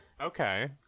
Okay